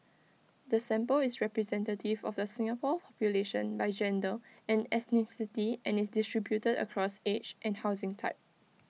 the sample is representative of the Singapore population by gender and ethnicity and is distributed across age and housing type